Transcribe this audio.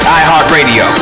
iHeartRadio